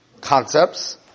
concepts